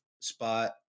spot